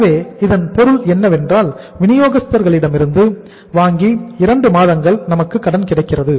எனவே இதன் பொருள் என்னவென்றால் விநியோகஸ்தர்களிடம் இருந்து இரண்டு மாதங்களுக்கு கடன் கிடைக்கிறது